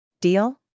Deal